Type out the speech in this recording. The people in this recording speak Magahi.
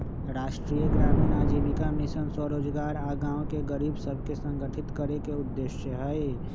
राष्ट्रीय ग्रामीण आजीविका मिशन स्वरोजगार आऽ गांव के गरीब सभके संगठित करेके उद्देश्य हइ